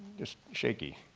just shaky.